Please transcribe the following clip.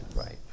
Right